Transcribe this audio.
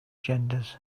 genders